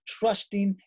trusting